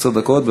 עשר דקות.